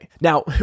Now